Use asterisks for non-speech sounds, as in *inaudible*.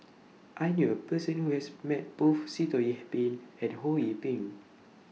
*noise* I knew A Person Who has Met Both Sitoh Yih Pin and Ho Yee Ping